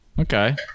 Okay